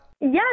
Yes